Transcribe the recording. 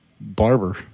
barber